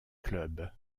club